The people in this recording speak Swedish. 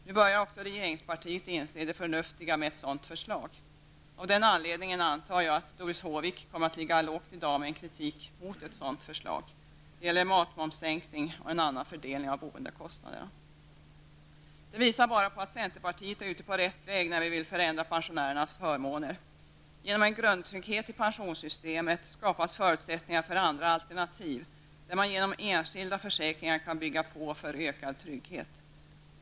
Nu börjar också regeringspartiet inse det förnuftiga med ett sådant förslag. Av den anledningen antar jag att Doris Håvik kommer att ligga lågt i dag med kritiken mot ett sådant förslag. Det gäller matmomssänkning och en annan fördelning av boendekostnaderna. Detta visar bara på att centerpartiet är ute på rätt väg när vi vill förändra pensionärernas förmåner. Genom en grundtrygghet i pensionssystemet skapas förutsättningar för andra alternativ, där man genom enskilda försäkringar kan bygga på, för ökad trygghet.